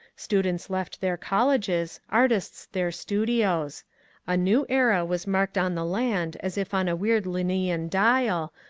students left their colleges, artists their studios a new era was marked on the land as if on a weird linnsean dial,